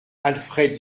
alfred